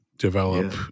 develop